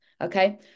okay